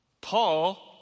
Paul